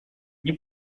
nie